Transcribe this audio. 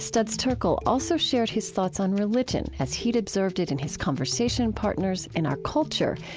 studs terkel also shared his thoughts on religion as he'd observed it in his conversation partners, in our culture,